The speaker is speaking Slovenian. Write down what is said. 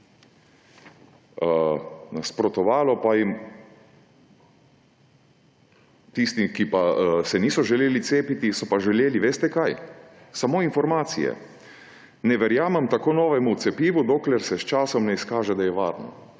63-odstotna. Tisti, ki pa se niso želeli cepiti, so pa želeli − veste kaj? Samo informacije. Ne verjamem tako novemu cepivu, dokler se s časom ne izkaže, da je varno.